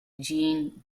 jean